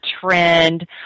trend